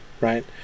right